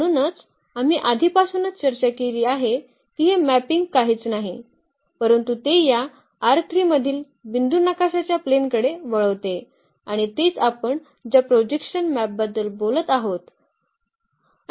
म्हणूनच आम्ही आधीपासूनच चर्चा केली आहे की हे मॅपिंग काहीच नाही परंतु ते या मधील बिंदू नकाशाच्या प्लेनकडे वळवते आणि तेच आपण ज्या प्रोजेक्शन मॅप बद्दल बोलत आहोत